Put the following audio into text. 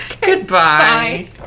Goodbye